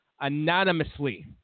anonymously